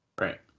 right